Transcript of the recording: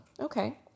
Okay